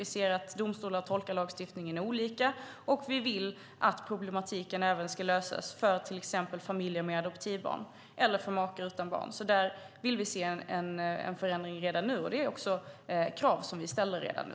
Vi kan se att domstolarna tolkar lagstiftningen olika, och vi vill att problemet ska lösas för till exempel familjer med adoptivbarn eller för makar utan barn. Där vill vi se en förändring redan nu. Det är också krav som vi ställer redan nu.